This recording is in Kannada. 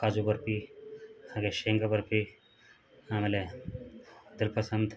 ಕಾಜು ಬರ್ಫಿ ಹಾಗೆ ಶೇಂಗ ಬರ್ಫಿ ಆಮೇಲೆ ತರ್ಕಸಂತ